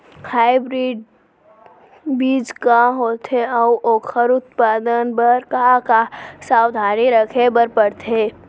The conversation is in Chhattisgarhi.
हाइब्रिड बीज का होथे अऊ ओखर उत्पादन बर का का सावधानी रखे बर परथे?